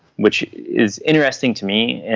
which is interesting to me.